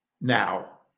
Now